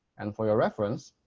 and for your reference,